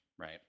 right